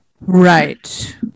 Right